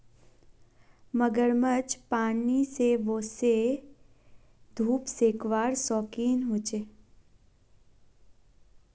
मगरमच्छ पानी से बाहर वोसे धुप सेकवार शौक़ीन होचे